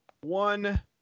one